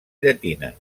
llatina